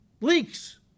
leaks